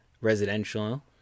residential